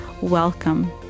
Welcome